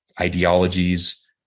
ideologies